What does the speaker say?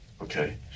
Okay